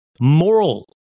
moral